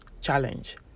challenge